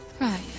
right